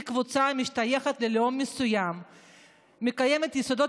קבוצה המשתייכת ללאום מסוים מקיימת יסודות